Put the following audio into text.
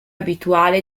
abituale